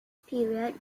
period